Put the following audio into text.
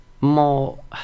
more